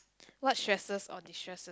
what stresses or destresses